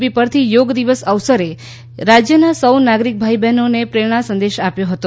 બી પરથી યોગ દિવસ અવસરે રાજ્યના સૌ નાગરિક ભાઈ બહેનોને પ્રેરણા સંદેશ આપ્યો હતો